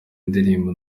indirimbo